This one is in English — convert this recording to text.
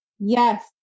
yes